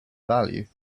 value